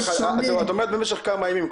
את אומרת במשך כמה ימים.